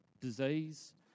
disease